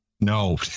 No